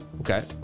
Okay